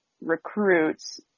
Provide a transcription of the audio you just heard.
recruits